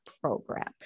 program